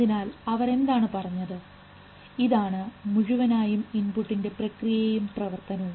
അതിനാൽ അവർ എന്താണ് പറഞ്ഞത് ഇതാണ് ആണ് മുഴുവനായും ഇൻപുട്ടിന്റെ പ്രക്രിയയും പ്രവർത്തനവും